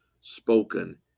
spoken